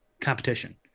competition